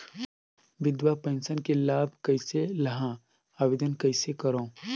विधवा पेंशन के लाभ कइसे लहां? आवेदन कइसे करव?